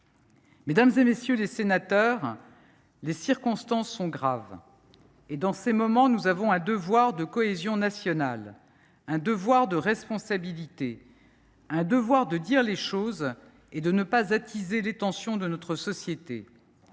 Mesdames, messieurs les sénateurs, les circonstances sont graves. Dans ces moments, nous avons un devoir de cohésion nationale, un devoir de responsabilité, un devoir de dire les choses et de ne pas attiser les tensions de notre société.